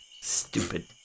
Stupid